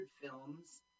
films